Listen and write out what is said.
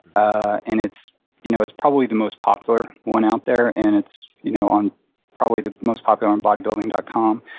ah and it's you know it's probably the most popular one out there, and it's you know on probably the most popular on bodybuilding dot com.